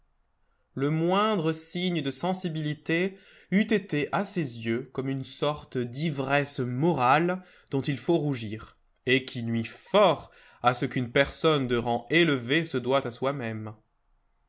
le moindre signe de sensibilité eût été à ses yeux comme une sorte d'ivresse morale dont il faut rougir et qui nuit fort à ce qu'une personne d'un rang élevé se doit à soi-même